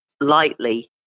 lightly